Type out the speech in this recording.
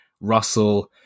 Russell